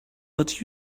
but